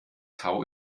tau